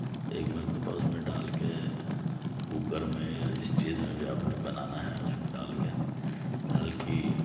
ایک مرتبہ اس میں ڈال کے کوکر میں یا جس چیز میں بھی آپنے بنانا ہے اس میں ڈال کے ہلکی